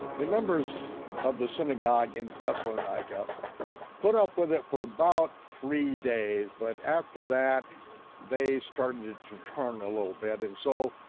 the members of the synagogue in thessaloniki and like ah put up with it for about three days, but after that they started to turn a little bit, and so,